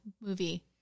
movie